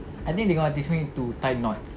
I think they gonna teach me to tie knots